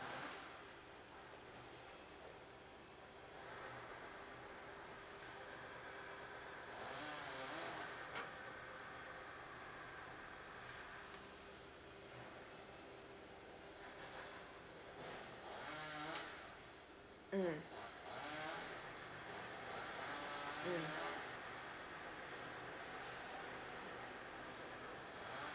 mm mm